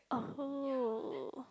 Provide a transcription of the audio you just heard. oh